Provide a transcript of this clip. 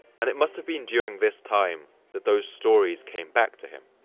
and it must have been during this time that those stories came back to him,